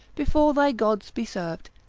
before thy gods be serv'd,